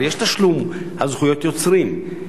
הרי יש תשלום על זכויות יוצרים,